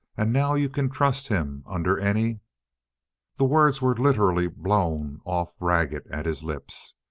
and now you can trust him under any the words were literally blown off ragged at his lips.